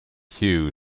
hughes